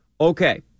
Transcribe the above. Okay